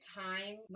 time